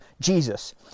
Jesus